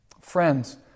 Friends